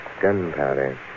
Gunpowder